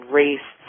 race